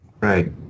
Right